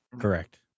Correct